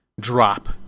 drop